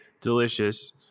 delicious